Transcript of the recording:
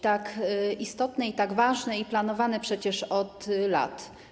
Tak istotne, ważne i planowane przecież od lat.